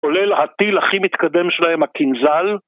כולל הטיל הכי מתקדם שלהם, הקינזל.